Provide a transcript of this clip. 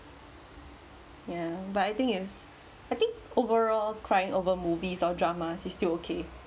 ya but I think it's I think overall crying over movies or drama is still okay